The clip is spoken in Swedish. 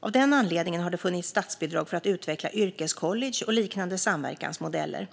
Av den anledningen har det funnits statsbidrag för att utveckla yrkescollege och liknande samverkansmodeller.